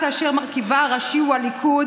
חנופה, שכיבה על הגדר למען ראש ממשלה מסית,